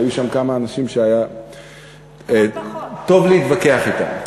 היו שם כמה אנשים שהיה טוב להתווכח אתם.